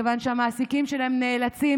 מכיוון שהמעסיקים שלהם נאלצים,